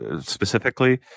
specifically